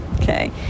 okay